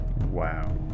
wow